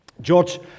George